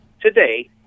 today